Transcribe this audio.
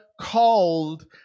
called